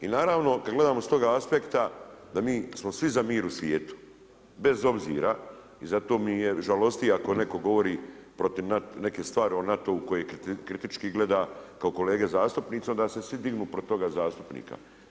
I naravno kad gledamo s toga aspekta, da mi smo svi za mir u svijetu, bez obzira i zato me žalosti ako netko govori protiv neke stvari o NATO-u koje kritičke gleda kao kolege zastupnici, onda se svi dignu protiv toga zastupnika.